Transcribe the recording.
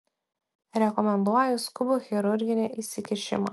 rekomenduoju skubų chirurginį įsikišimą